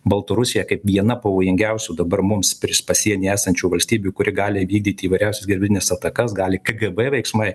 baltarusija kaip viena pavojingiausių dabar mums prieš pasienyje esančių valstybių kuri gali vykdyt įvairias hibridines atakas gali kgb veiksmai